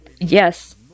Yes